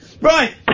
Right